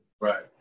Right